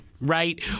Right